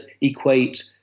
equate